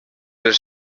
les